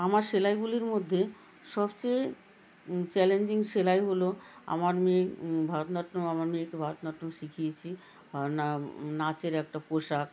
আমার সেলাইগুলির মধ্যে সবচেয়ে চ্যালেঞ্জিং সেলাই হল আমার মেয়ের ভরতনাট্যম আমার মেয়েকে ভরতনাট্যম শিখিয়েছি আর নাচের একটা পোশাক